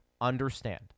understand